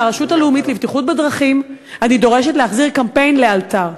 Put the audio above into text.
מהרשות הלאומית לבטיחות בדרכים אני דורשת להחזיר את הקמפיין לאלתר.